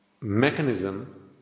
mechanism